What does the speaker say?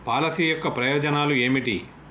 Policy యొక్క ప్రయోజనాలు ఏమిటి?